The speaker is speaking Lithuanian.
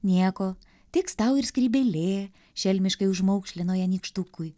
nieko tiks tau ir skrybėlė šelmiškai užmaukšlino ją nykštukui